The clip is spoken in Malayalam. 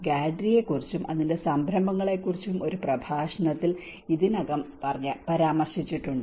Subhajyoti ഗാഡ്രിയെക്കുറിച്ചും അതിന്റെ സംരംഭങ്ങളെക്കുറിച്ചും ഒരു പ്രഭാഷണത്തിൽ ഇതിനകം പരാമർശിച്ചിട്ടുണ്ട്